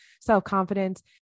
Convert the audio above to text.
self-confidence